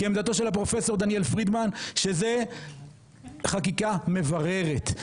כי עמדתו של הפרופסור דניאל פרידמן שזה חקיקה מבררת,